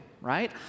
right